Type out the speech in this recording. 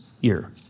year